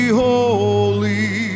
holy